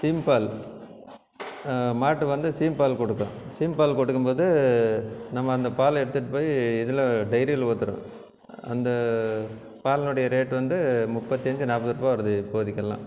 seam பால் மாட்டு வந்து சீம் பால் கொடுக்கும் சீம் கொடுக்கும்போது நம்ம அந்த பால் எடுத்துகிட்டு போய் இதில் டெய்ரியில் ஊற்றுறோம் அந்த பாலினுடைய ரேட்டு வந்து முப்பத்தஞ்சு நாற்பத்து ரூபா வருது இப்போதைக்கிலாம்